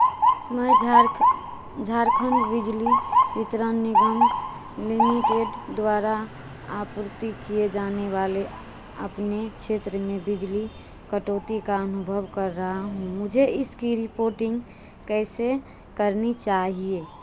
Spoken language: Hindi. मैं झारखं झारखण्ड बिजली वितरण निगम लिमिटेड द्वारा आपूर्ति किए जाने वाले अपने क्षेत्र में बिजली कटौती का अनुभव कर रहा हूँ मुझे इसकी रिपोर्टिंग कैसे करनी चाहिए